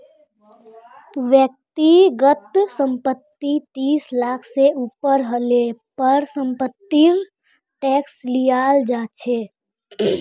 व्यक्तिगत संपत्ति तीस लाख से ऊपर हले पर समपत्तिर टैक्स लियाल जा छे